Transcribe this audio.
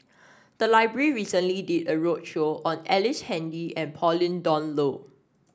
the library recently did a roadshow on Ellice Handy and Pauline Dawn Loh